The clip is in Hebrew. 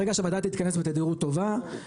ברגע שהוועדה תתכנס בתדירות טובה,